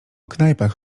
knajpach